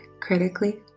critically